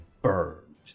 burned